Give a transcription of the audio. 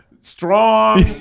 strong